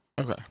Okay